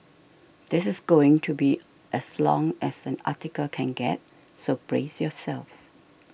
this is going to be as long as an article can get so brace yourself